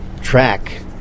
track